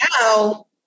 now